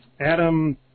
Adam